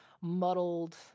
muddled